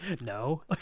no